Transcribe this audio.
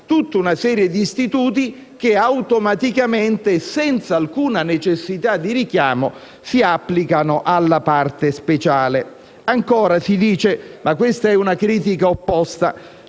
tutta una serie di istituti che automaticamente e senza alcuna necessità di richiamo si applicano alla parte speciale. Sostanzialmente si dice (ma questa è una critica opposta):